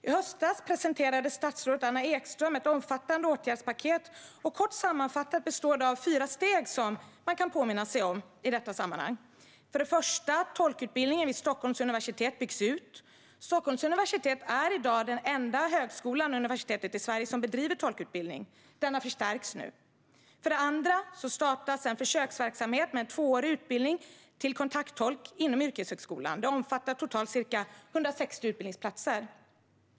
I höstas presenterade statsrådet Anna Ekström ett omfattande åtgärdspaket. Kort sammanfattat består det av fyra steg: Tolkutbildningen vid Stockholms universitet byggs ut. Stockholms universitet är i dag den enda högskolan i Sverige som bedriver tolkutbildning. Denna utbildning förstärks nu. Man startar en försöksverksamhet med en tvåårig utbildning till kontakttolk inom yrkeshögskolan. Totalt omfattar den ca 160 utbildningsplatser.